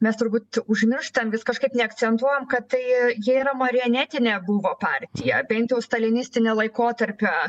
mes turbūt užmirštam vis kažkaip neakcentuojam kad tai ji yra marionetinė buvo partija bent jau stalinistinio laikotarpio